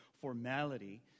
formality